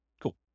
Cool